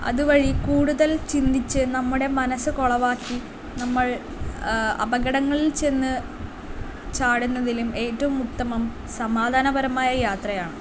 അതുവഴി കൂടുതൽ ചിന്തിച്ച് നമ്മുടെ മനസ് കുളമാക്കി നമ്മൾ അപകടങ്ങളിൽ ചെന്ന് ചാടുന്നതിലും ഏറ്റവും ഉത്തമം സമാധാനപരമായ യാത്രയാണ്